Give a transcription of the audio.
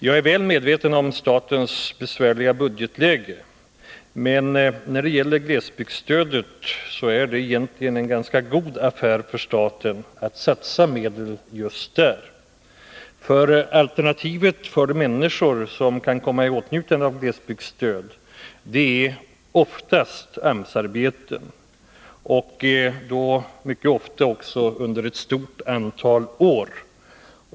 Jag är medveten om statens besvärliga budgetläge, men för staten är det en god affär att satsa medel just på glesbygdsstödet. Alternativet för de människor som kan komma i åtnjutande av glesbygdsstöd är oftast AMS-arbeten — ofta under ett stort antal år.